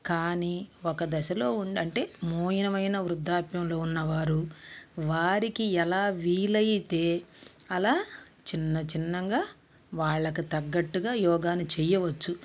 కానీ ఒక దశలో ఉండి అంటే మోయనమైన వృద్ధాప్యంలో ఉన్న వారు వారికి ఎలా వీలైతే అలా చిన్నచిన్నంగా వాళ్ళకు తగ్గట్టుగా యోగాను చేయ్యవచ్చు